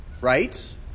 right